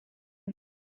and